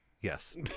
Yes